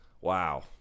Wow